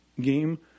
game